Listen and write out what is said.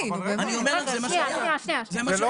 אני אסביר.